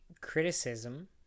criticism